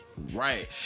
Right